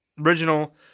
original